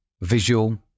visual